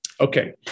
Okay